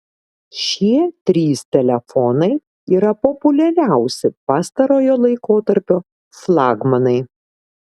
šie trys telefonai yra populiariausi pastarojo laikotarpio flagmanai